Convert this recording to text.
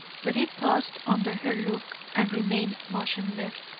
but it paused under her look and remained motionless.